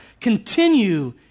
continue